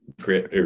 Great